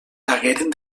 hagueren